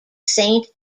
saint